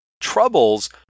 Troubles